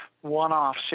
one-off